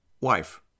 wife